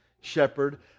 shepherd